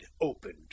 opened